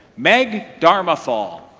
meg darmafal